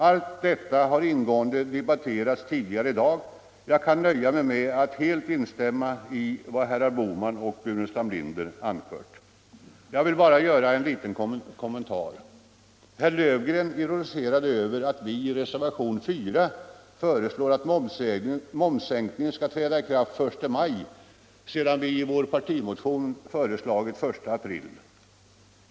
Allt detta har — Finansdebatt ingående debatterats tidigare i dag, varför jag kan nöja mig med att helt instämma i vad herrar Bohman och Burenstam Linder anfört. Jag vill bara göra en liten kommentar. Herr Löfgren ironiserade över att vi i reservationen 4 föreslår att momssänkningen skall träda i kraft den 1 maj, medan vi i vår partimotion föreslagit den 1 april.